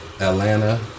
Atlanta